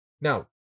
now